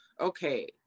okay